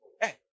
Hey